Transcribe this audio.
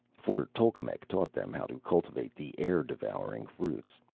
for tolkemec taught them how to cultivate the air-devouring fruits.